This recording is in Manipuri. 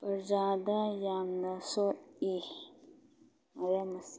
ꯄ꯭ꯔꯖꯥꯗ ꯌꯥꯝꯅ ꯁꯣꯛꯏ ꯃꯔꯝ ꯑꯁꯤꯅ